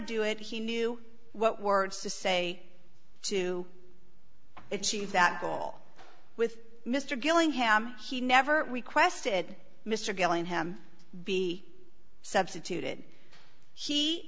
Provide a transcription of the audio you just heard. do it he knew what words to say to achieve that goal with mr gillingham he never requested mr gillingham be substituted he